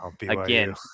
again